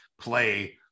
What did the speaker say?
play